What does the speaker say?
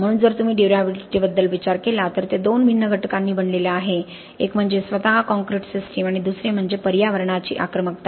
म्हणून जर तुम्ही ड्युर्याबिलिटीबद्दल विचार केला तर ते दोन भिन्न घटकांनी बनलेले आहे एक म्हणजे स्वतः कॉंक्रिट सिस्टम आणि दुसरे म्हणजे पर्यावरणाची आक्रमकता